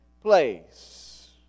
place